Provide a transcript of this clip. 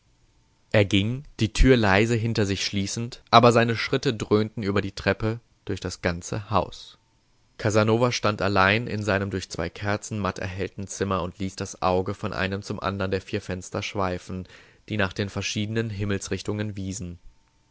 er ging die tür leise hinter sich schließend aber seine schritte dröhnten über die treppe durch das ganze haus casanova stand allein in seinem durch zwei kerzen matt erhellten zimmer und ließ das auge von einem zum andern der vier fenster schweifen die nach den verschiedenen himmelsrichtungen wiesen